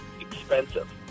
expensive